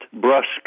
brusque